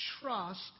trust